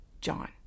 John